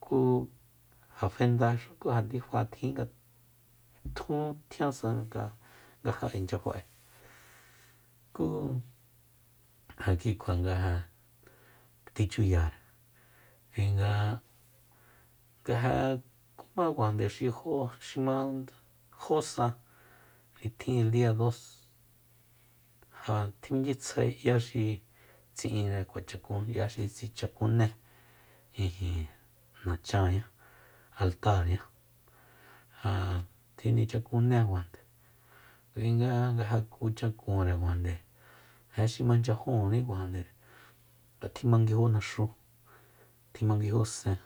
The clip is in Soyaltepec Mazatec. Ku ja fendaxu ku ja ndifa tjin nga tjun tjiansa nga- nga ja inchya fa'e ku ja kikjua nga ja tjichuyare kuinga nga ja kumákuajande xi jo xi ma jó sa nitjin el dia dos ja tjiminchyitsjae 'ya xi tsi'inre kjua chakun 'ya xi tsichakuné ijin nachanñá altáañá ja tjinichakunné kuajande kuinga nga kuchakunre kuajande ja xi manchyajúní kuajande nga tjimanguiju naxú tjimanguiju sen